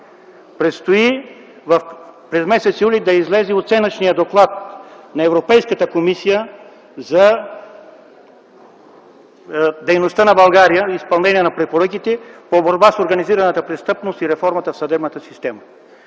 предстои да излезе Оценъчният доклад на Европейската комисия за дейността на България в изпълнение на препоръките за борба с организираната престъпност и реформата в съдебната система.